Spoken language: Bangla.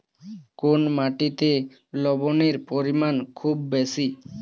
কোন মাটিতে লবণের পরিমাণ খুব বেশি?